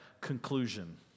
conclusion